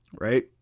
right